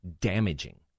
damaging